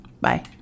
Bye